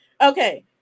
okay